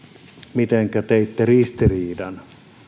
mitenkä teitte ristiriidan